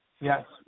Yes